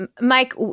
Mike